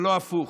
ולא הפוך.